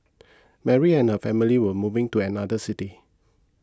Mary and her family were moving to another city